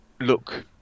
look